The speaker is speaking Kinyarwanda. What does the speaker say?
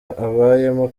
abayemo